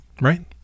right